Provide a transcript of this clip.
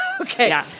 okay